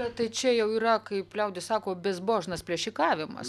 bet tai čia jau yra kaip liaudis sako bizbožnas plėšikavimas